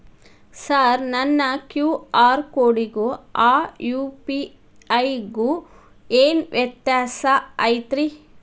Sir ನನ್ನ QR ಕೊಡಿಗೂ ಆ ಯು.ಪಿ.ಐ ಗೂ ಏನ್ ವ್ಯತ್ಯಾಸ ಐತ್ರಿ?